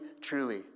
truly